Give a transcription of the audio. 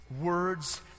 words